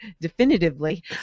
Definitively